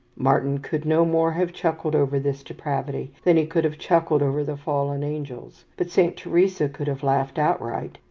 martyn could no more have chuckled over this depravity than he could have chuckled over the fallen angels but saint teresa could have laughed outright,